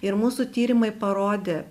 ir mūsų tyrimai parodė